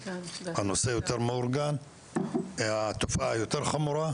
הנושא יותר מאורגן והתופעה יותר חמורה.